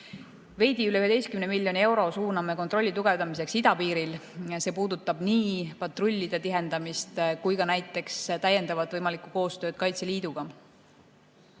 Veidi üle 11 miljoni euro suuname kontrolli tugevdamiseks idapiiril. See puudutab nii patrullide tihendamist kui ka näiteks täiendavat võimalikku koostööd Kaitseliiduga.